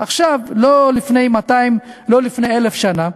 עכשיו, לא לפני 200 שנה, לא לפני 1,000 שנה,